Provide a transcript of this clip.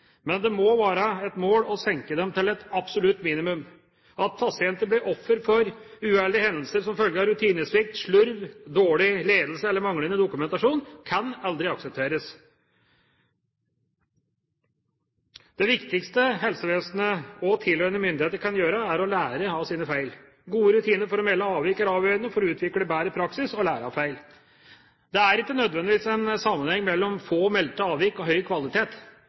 men det må være et mål å senke det til et absolutt minimum. At pasienter blir offer for uheldige hendelser som følge av rutinesvikt, slurv, dårlig ledelse eller manglende dokumentasjon, kan aldri aksepteres. Det viktigste helsevesenet og tilhørende myndigheter kan gjøre, er å lære av sine feil. Gode rutiner for å melde avvik er avgjørende for å utvikle bedre praksis og å lære av feil. Det er ikke nødvendigvis en sammenheng mellom få meldte avvik og høy kvalitet.